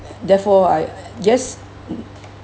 therefore I guess